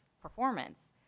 performance